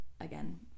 Again